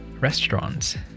Restaurants